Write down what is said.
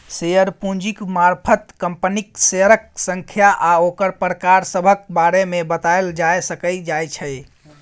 share पूंजीक मारफत कंपनीक शेयरक संख्या आ ओकर प्रकार सभक बारे मे बताएल जाए सकइ जाइ छै